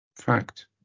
Fact